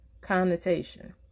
connotation